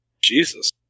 Jesus